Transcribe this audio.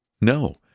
No